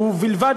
ובלבד